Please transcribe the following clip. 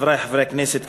חברי חברי הכנסת,